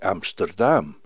Amsterdam